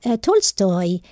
Tolstoy